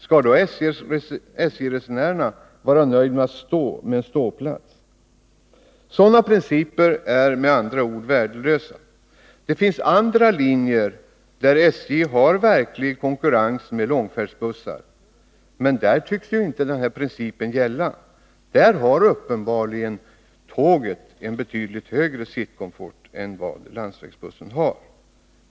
Skall då SJ-resenärerna vara nöjda med en ståplats? Sådana principer är värdelösa. Det finns andra linjer, där SJ har verklig konkurrens av långfärdsbussar men där denna princip inte tycks gälla. Där har tåget uppenbarligen en högre sittkomfort än vad landsvägsbussen har.